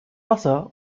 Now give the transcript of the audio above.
wasser